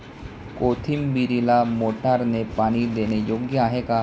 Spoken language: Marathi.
कोथिंबीरीला मोटारने पाणी देणे योग्य आहे का?